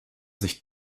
sich